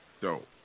Dope